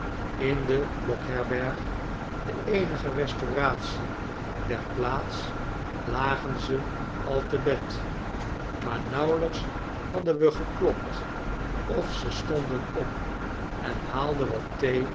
ons iitde blokherberg de eenige restauratie der plaats lagen ze al te bed maar nauwelijks hadden we geklopt of ze stonden op en haalden wat